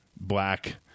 black